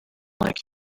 like